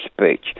speech